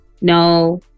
no